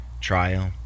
Trial